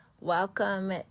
welcome